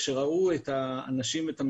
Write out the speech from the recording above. כשראו את המכניזם,